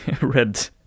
red